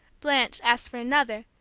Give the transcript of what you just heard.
blanche, asked for another,